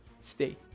stay